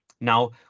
Now